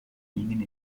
gingen